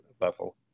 level